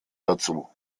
dazu